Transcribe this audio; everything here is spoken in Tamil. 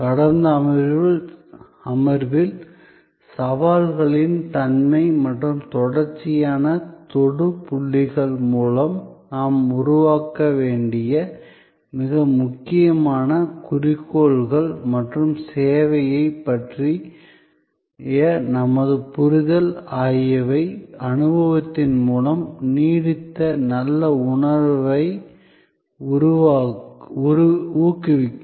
கடந்த அமர்வில் சவால்களின் தன்மை மற்றும் தொடர்ச்சியான தொடு புள்ளிகள் மூலம் நாம் உருவாக்க வேண்டிய மிக முக்கியமான குறிக்கோள் மற்றும் சேவையைப் பற்றிய நமது புரிதல் ஆகியவை அனுபவத்தின் முடிவில் நீடித்த நல்ல உணர்வை ஊக்குவிக்கும்